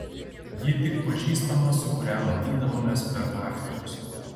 ji tik pažįstama su kuria matydavomės per afterius